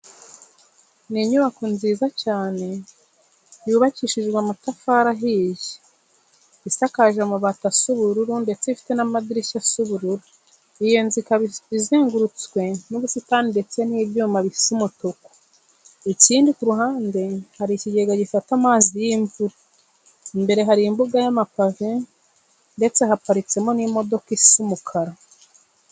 Ni inyubako nziza cyane yubakishijwe amatafari ahiye, isakaje amabati asa ubururu ndetse ifite n'amadirishya asa ubururu. Iyo nzu ikaba izengurutswe n'ubusitani ndetse n'ibyuma bisa umutuku, ikindi ku ruhande hari ikigega gifata amazi y'imvura. Imbere hari imbuga y'amapave ndetse haparitsemo n'imodoka isa umukara.